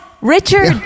richard